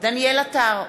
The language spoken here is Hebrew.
דניאל עטר,